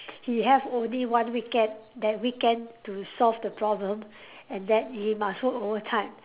he have only one weekend that weekend to solve the problem and that he must work overtime